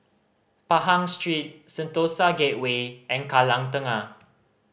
Pahang Street Sentosa Gateway and Kallang Tengah